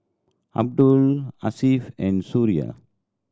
Abdullah Hasif and Suria